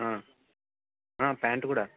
pant కూడా